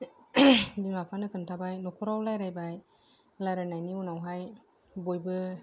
बिमा बिफानो खोनथाबाय नख'राव रायलायबाय रायलायनायनि उनावहाय बयबो